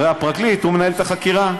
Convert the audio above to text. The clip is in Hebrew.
הרי הפרקליט, הוא מנהל את החקירה.